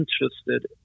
interested